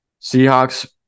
Seahawks